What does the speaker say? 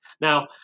Now